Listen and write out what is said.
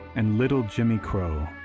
and little jimmy crowe